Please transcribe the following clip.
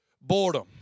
Boredom